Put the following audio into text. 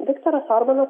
viktoras orbanas